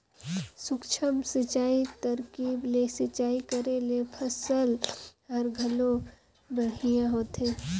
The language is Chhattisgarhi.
सूक्ष्म सिंचई तरकीब ले सिंचई करे ले फसल हर घलो बड़िहा होथे